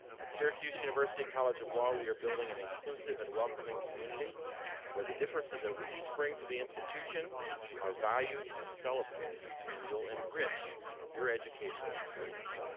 at syracuse university college of law, we are building an inclusive and welcoming community where the differences that we each bring to the institution are valued and celebrated. and will enrich your educational experience.